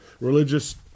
religious